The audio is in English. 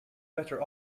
better